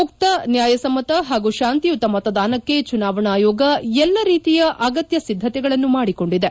ಮುಕ್ತ ನ್ಯಾಯಸಮ್ಮತ ಪಾಗೂ ಶಾಂತಿಯುತ ಮತದಾನಕ್ಕೆ ಚುನಾವಣಾ ಆಯೋಗ ಎಲ್ಲ ರೀತಿಯ ಅಗತ್ಯ ಸಿದ್ದತೆಗಳನ್ನು ಮಾಡಿಕೊಂಡಿದೆ